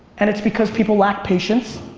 and it's because people lack patience.